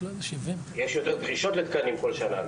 יש יותר דרישות לתקנים בכל שנה.